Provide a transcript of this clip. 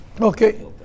Okay